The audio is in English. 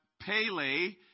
Pele